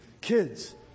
Kids